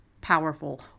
powerful